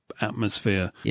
atmosphere